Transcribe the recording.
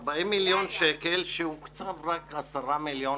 40 מיליון שקלים והוקצבו רק 10 מיליון